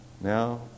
Now